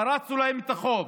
פרסנו להם את החוב,